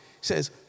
says